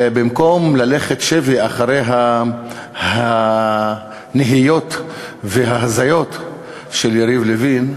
במקום ללכת שבי אחרי הנהיות וההזיות של יריב לוין,